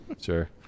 sure